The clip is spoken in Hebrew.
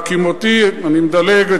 אני מדלג,